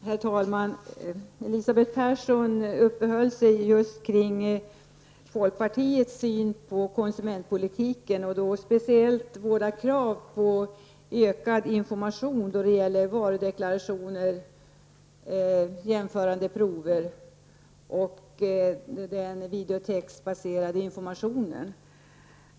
Herr talman! Elisabeth Persson uppehöll sig bl.a. vid just folkpartiets syn på konsumentpolitiken. Speciellt uppehöll hon sig vid våra krav på ökad information om varudeklarationer, jämförande prover och videotextbaserad information.